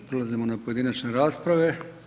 Prelazimo na pojedinačne rasprave.